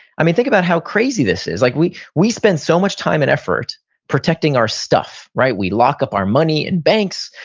i mean, think about how crazy this is. like we we spend so much time and effort protecting our stuff we lock up our money in banks,